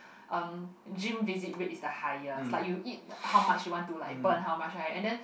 um gym visit rate is the highest like you eat how much you want to like burn how much right and then